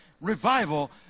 revival